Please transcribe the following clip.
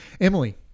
emily